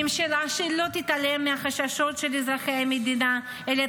ממשלה שלא תתעלם מהחששות של אזרחי המדינה אלא